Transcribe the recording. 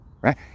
right